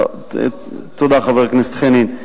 תודה, חבר הכנסת חנין.